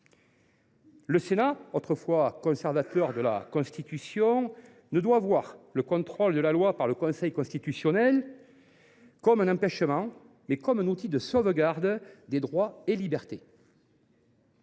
Le Sénat, autrefois conservateur de la Constitution, doit voir le contrôle de la loi par le Conseil constitutionnel non pas comme un empêchement, mais comme un outil de sauvegarde des droits et libertés.